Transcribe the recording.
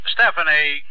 Stephanie